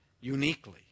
uniquely